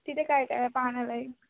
तिथे काय काय पाहण्यालायक